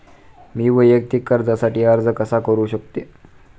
मी वैयक्तिक कर्जासाठी अर्ज कसा करु शकते?